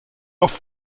off